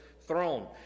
throne